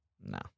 No